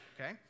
okay